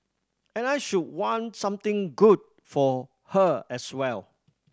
and I should want something good for her as well